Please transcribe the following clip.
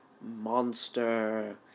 Monster